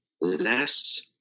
less